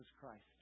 Christ